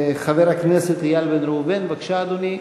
חבר הכנסת איל בן ראובן, בבקשה, אדוני.